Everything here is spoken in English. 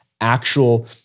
actual